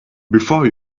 before